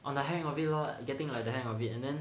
on the hang of it lah getting the hang of it and then